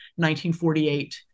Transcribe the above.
1948